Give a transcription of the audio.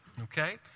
Okay